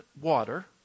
water